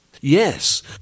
Yes